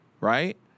right